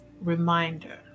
reminder